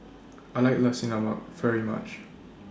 I like Nasi Lemak very much